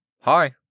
Hi